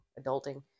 adulting